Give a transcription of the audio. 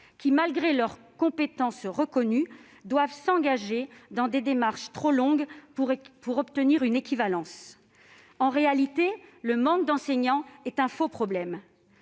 malgré leurs compétences reconnues, s'engager dans des démarches trop longues pour obtenir une équivalence. En réalité, le manque d'enseignants est un faux problème.